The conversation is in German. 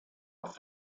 auf